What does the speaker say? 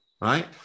right